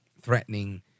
threatening